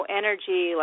energy